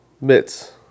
mitts